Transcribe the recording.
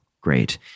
great